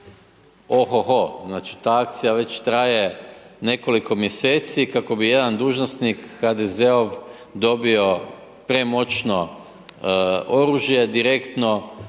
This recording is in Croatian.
o-ho-ho, znači, ta akcija već traje nekoliko mjeseci kako bi jedan dužnosnik, HDZ-ov, dobio premoćno oružje direktno